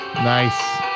Nice